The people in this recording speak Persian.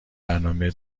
برنامه